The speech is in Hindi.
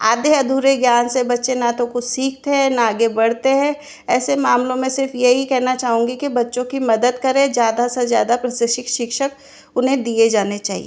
आधे अधूरे ज्ञान से बच्चे न तो कुछ सीखते हैं न आगे बढ़ते हैं ऐसे मामलों में सिर्फ़ यहीं कहना चाहूँगी कि बच्चों की मदद करें ज़्यादा से ज़्यादा प्रशिक्षित शिक्षक उन्हें दिए जाने चाहिए